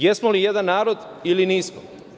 Jesmo li jedan narod ili nismo?